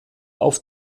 auf